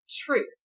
truth